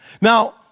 now